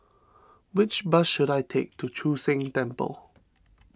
which bus should I take to Chu Sheng Temple